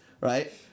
right